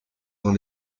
dans